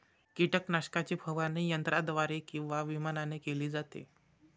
कीटकनाशकाची फवारणी यंत्राद्वारे किंवा विमानाने केली जाते